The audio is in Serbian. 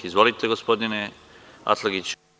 Izvolite gospodine Atlagić.